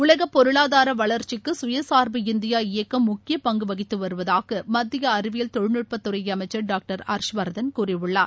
உலக பொருளாதார வளர்ச்சிக்கு சுயசார்பு இந்தியா இயக்கம் முக்கிய பங்கு வகித்து வருவதாக மத்திய அறிவியல் தொழில்நுட்பத்துறை அமைச்சர் டாக்டர் ஹர்ஷ்வர்தன் கூறியுள்ளார்